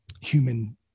human